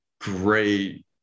great